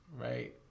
right